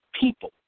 people